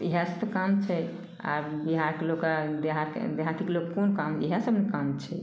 इहए सब काम छै आर बिहारके लोकके देहात देहातक लोकके आर कोन काम इहए सब ने काम छै